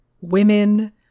women